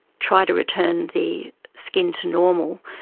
try to return the skin to normal,